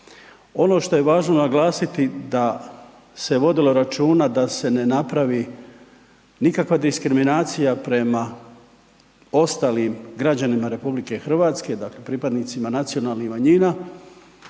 Ono što je važno naglasiti da se vodilo računa da se ne napravi nikakva diskriminacija prema ostalim građanima RH dakle pripadnicima nacionalnih manjina